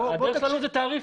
הדרך היא להעלות את התעריף.